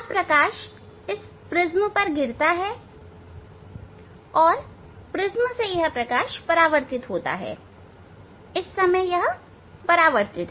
अब प्रकाश इस प्रिज्म पर गिरता है और प्रिज्म से यह प्रकाश परावर्तित होता है इस समय यह परावर्तित है